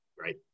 right